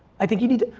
i think you need to,